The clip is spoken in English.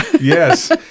Yes